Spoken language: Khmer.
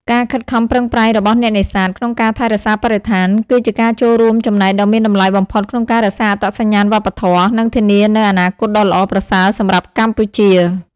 ការខិតខំប្រឹងប្រែងរបស់អ្នកនេសាទ ក្នុងការថែរក្សាបរិស្ថាន គឺជាការចូលរួមចំណែកដ៏មានតម្លៃបំផុតក្នុងការរក្សាអត្តសញ្ញាណវប្បធម៌ និងធានានូវអនាគតដ៏ល្អប្រសើរសម្រាប់កម្ពុជា។